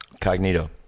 cognito